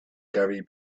gary